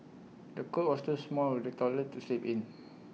the cot was too small for the toddler to sleep in